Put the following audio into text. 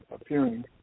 appearing